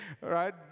right